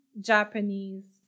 Japanese